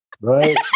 right